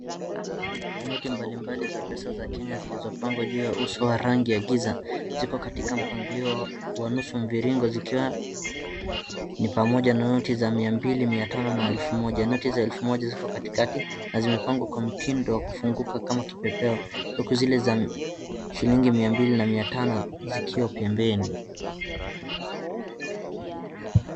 Noti mbalimbali za pesa za Kenya zilizopangwa juu ya uso wa rangi ya giza ziko katika mpangilio wa nusu mviringo zikiwa ni pamoja na noti za mia mbili, mia tano na elfu moja. Noti za elfu moja zipo katikati na zimepangwa kwa mtindo wa kufunguka kama kipepeo huku zile za shilingi mia mbili na mia tano zikiwa pembeni.